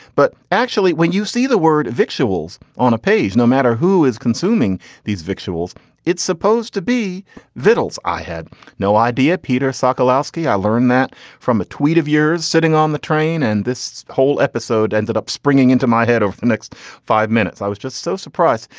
but actually when you see the word visuals on a page no matter who is consuming these visuals it's supposed to be vittles. i had no idea. peter sokolowski i learned that from a tweet of yours sitting on the train and this whole episode ended up springing into my head over the next five minutes. i was just so surprised.